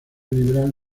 liberal